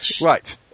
Right